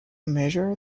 measure